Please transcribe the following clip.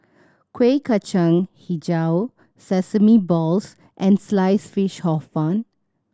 Kuih Kacang Hijau sesame balls and slice fish Hor Fun